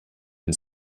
den